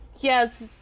Yes